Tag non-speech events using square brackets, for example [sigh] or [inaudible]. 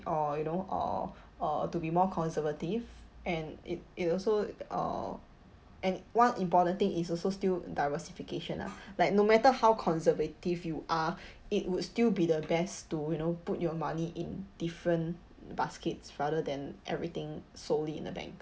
or you know or or to be more conservative and it it also uh and one important thing is also still diversification lah like no matter how conservative you are [breath] it would still be the best to you know put your money in different baskets rather than everything solely in the bank